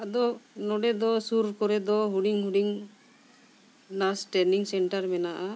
ᱟᱫᱚ ᱱᱚᱰᱮ ᱫᱚ ᱥᱩᱨ ᱠᱚᱨᱮ ᱫᱚ ᱦᱩᱰᱤᱧ ᱦᱩᱰᱤᱧ ᱱᱟᱨᱥ ᱴᱨᱮᱱᱤᱝ ᱥᱮᱱᱴᱟᱨ ᱢᱮᱱᱟᱜᱼᱟ